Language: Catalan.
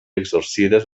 exercides